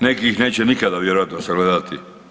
Neki ih neće nikada vjerojatno sagledati.